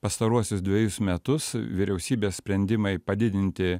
pastaruosius dvejus metus vyriausybės sprendimai padidinti